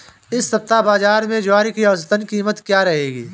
इस सप्ताह बाज़ार में ज्वार की औसतन कीमत क्या रहेगी?